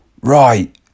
right